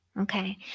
okay